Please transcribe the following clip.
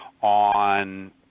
on